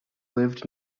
lived